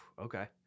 okay